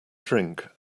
drink